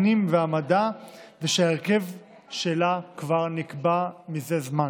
הפנים והמדע ושההרכב שלה כבר קבוע מזה זמן.